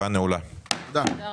תודה רבה.